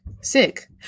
sick